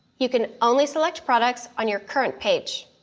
you can only select products on your current page.